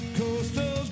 coastal